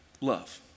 Love